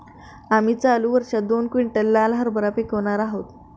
आम्ही चालू वर्षात दोन क्विंटल लाल हरभरा पिकावणार आहोत